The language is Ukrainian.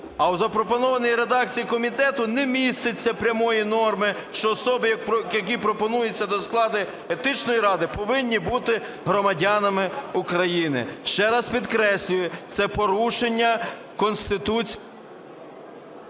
А в запропонованій редакції комітету не міститься прямої норми, що особи, які пропонуються до складу Етичної ради, повинні бути громадянами України. Ще раз підкреслюю, це порушення Конституції...